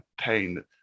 pain